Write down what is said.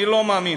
אני לא מאמין.